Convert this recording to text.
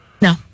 No